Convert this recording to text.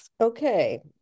Okay